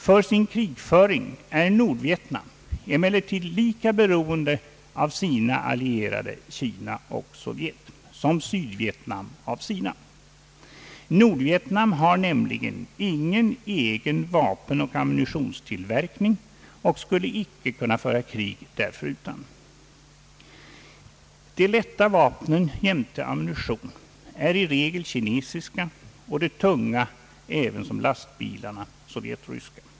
För sin krigföring är Nordvietnam emellertid lika beroende av sina allierade Kina och Sovjet som Sydvietnam av sina. Nordvietnam har nämligen ingen egen vapenoch ammunitionstillverkning och skulle icke kunna föra krig därförutan. De lätta vapnen jämte ammunition är i regel kinesiska och de tunga, ävensom lastbilarna, sovjetryska.